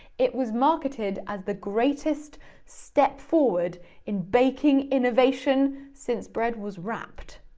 it was marketed as the greatest step forward in baking innovation since bread was wrapped.